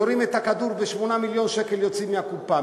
יורים את הכדור ו-8 מיליון שקל יוצאים מהקופה.